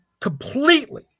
completely